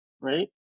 right